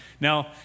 Now